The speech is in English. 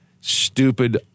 stupid